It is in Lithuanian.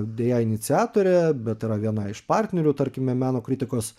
deja iniciatorė bet yra viena iš partnerių tarkime meno kritikos